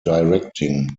directing